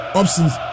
options